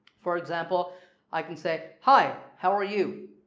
for example i can say hi, how are you?